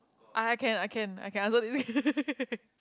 I can I can I can answer this